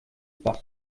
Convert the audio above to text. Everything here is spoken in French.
pas